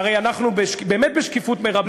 הרי אנחנו עובדים באמת בשקיפות מרבית.